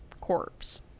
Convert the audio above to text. corpse